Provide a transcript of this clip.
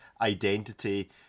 identity